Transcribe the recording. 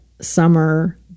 Summer